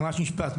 משפט.